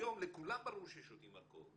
היום לכולם ברור ששותים אלכוהול.